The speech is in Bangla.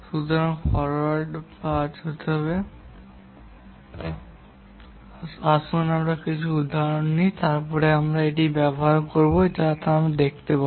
সুতরাং ফরোয়ার্ড পাস সহজ আসুন আমরা কিছু উদাহরণ নিই এবং তারপরে আমরা এটি কীভাবে ব্যবহার করব তা দেখতে পাব